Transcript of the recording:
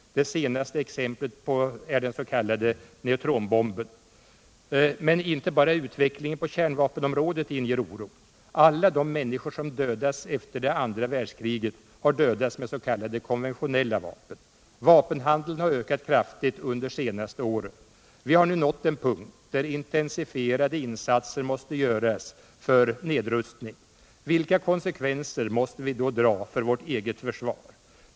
Det senaste exemplet är den s.k. neutronbomben. Men inte bara utvecklingen på kärnvapenområdet inger oro. Alla de människor som dödats efter det andra världskriget har dödats med s.k. konventionella vapen. Vapenhandeln har ökat kraftigt under de senaste åren. Vi har nu nått en punkt där intensifierade insatser måste göras för nedrustning. Vilka konsekvenser måste vi då dra för vårt eget försvar?